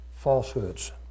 falsehoods